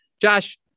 Josh